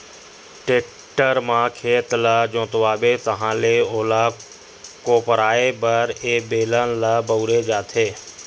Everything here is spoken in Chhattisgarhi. टेक्टर म खेत ल जोतवाबे ताहाँले ओला कोपराये बर ए बेलन ल बउरे जाथे